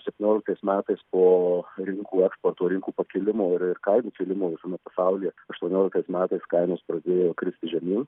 septynioliktais metais po rinkų eksporto rinkų pakilimo ir kainų kilimo visame pasaulyje aštuonioliktais metais kainos pradėjo kristi žemyn